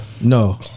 No